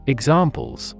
Examples